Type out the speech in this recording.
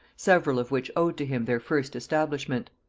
several of which owed to him their first establishment.